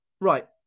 right